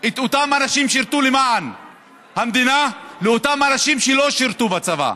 את אותם אנשים ששירתו למען המדינה לאותם אנשים שלא שירתו בצבא.